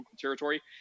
territory